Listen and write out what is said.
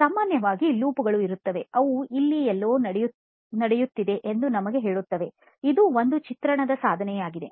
ಸಾಮಾನ್ಯ ವಾಗಿ ಲೂಪಗಳು ಇರುತ್ತವೆ ಅವು ಇಲ್ಲಿ ಏನೋ ನಡೆಯುತ್ತಿದೆ ಎಂದು ನಿಮಗೆ ಹೇಳುತ್ತವೆ ಇದು ಒಂದು ಚಿತ್ರಣದ ಸಾಧನವಾಗಿದೆ